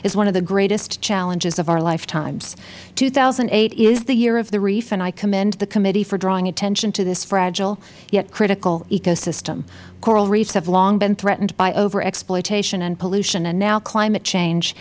is one of the greatest challenges of our lifetimes two thousand and eight is the year of the reef and i commend the committee for drawing attention to this fragile yet critical ecosystem coral reefs have long been threatened by over exploitation and pollution and now climate change